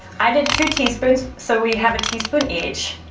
i did two teaspoons, so we have a teaspoon each,